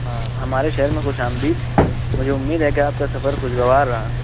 آ ہمارے شہر میں خوش آمدید مجھے اُمید ہے کہ آپ کا سفر خوشگوار رہا